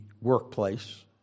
workplace